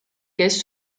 kes